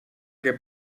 que